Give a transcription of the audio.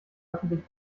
öffentlich